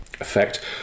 effect